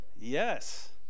Yes